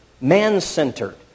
man-centered